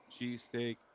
cheesesteak